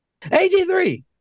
AG3